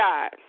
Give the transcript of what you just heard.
God